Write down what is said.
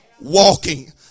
walking